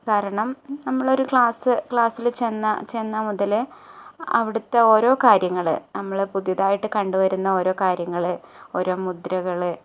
കാരണം നമ്മൾ ഒരു ക്ലാസ്സ് ക്ലാസ്സിൽ ചെന്നാൽ ചെന്നാൽ മുതൽ അവിടത്തെ ഓരോ കാര്യങ്ങൾ നമ്മൾ പുതിയ്തായിട്ട് കണ്ടു വരുന്ന ഓരോ കാര്യങ്ങൾ ഓരോ മുദ്രകൾ